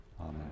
Amen